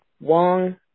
Wong